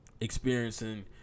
experiencing